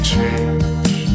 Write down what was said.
change